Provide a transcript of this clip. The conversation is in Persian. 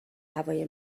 هوای